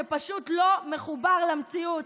שפשוט לא מחובר למציאות?